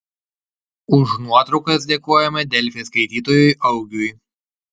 už nuotraukas dėkojame delfi skaitytojui augiui